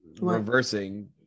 reversing